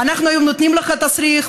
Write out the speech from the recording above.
אנחנו היום נותנים לך תסריך,